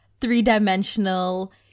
three-dimensional